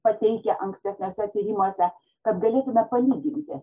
pateikę ankstesniuose tyrimuose kad galėtume palyginti